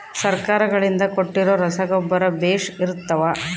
ಸರ್ಕಾರಗಳಿಂದ ಕೊಟ್ಟಿರೊ ರಸಗೊಬ್ಬರ ಬೇಷ್ ಇರುತ್ತವಾ?